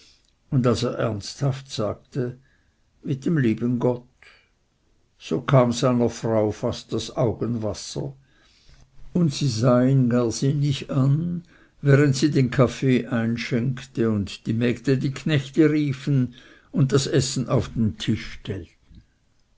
und als er ernsthaft sagte mit dem lieben gott so kam seiner frau fast das augenwasser und sie sah ihn gar sinnig an während sie den kaffee einschenkte und die mägde die knechte riefen und das essen auf den tisch stellten